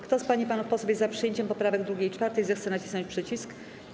Kto z pań i panów posłów jest za przyjęciem poprawek 2. i 4., zechce nacisnąć przycisk.